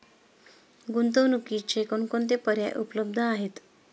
गुंतवणुकीचे कोणकोणते पर्याय उपलब्ध आहेत?